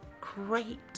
great